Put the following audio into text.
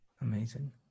Amazing